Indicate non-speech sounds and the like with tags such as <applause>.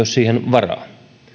<unintelligible> siihen varaa